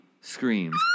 screams